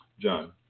John